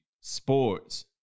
sports